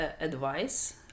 advice